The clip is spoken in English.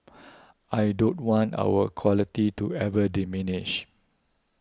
I don't want our quality to ever diminish